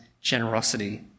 generosity